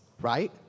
right